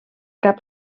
cap